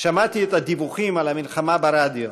שמעתי את הדיווחים על המלחמה ברדיו,